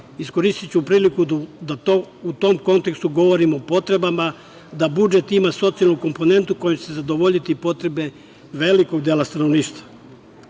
iskoristiću priliku da u tom kontekstu govorim o potrebama da budžet ima socijalnu komponentu kojim će se zadovoljiti potrebe velikog dela stanovništva. Vlada